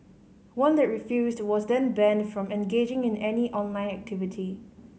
one that refused was then banned from engaging in any online activity